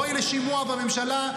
בואי לשימוע בממשלה.